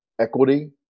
equity